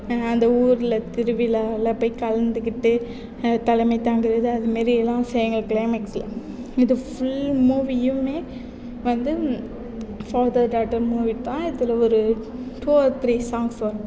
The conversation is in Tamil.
அந்த ஊரில் திருவிழாவில் போய் கலந்துக்கிட்டு தலைமை தாங்கிறது அது மாரியெல்லாம் செய்யுங்க கிளைமேக்ஸ்சில் இது ஃபுல் மூவியுமே வந்து ஃபாதர் டாட்டர் மூவி தான் இதில் டூ ஆர் த்ரீ சாங்ஸ் வரும்